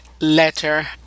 Letter